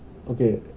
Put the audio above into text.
okay